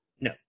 no